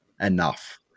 enough